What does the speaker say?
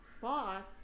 boss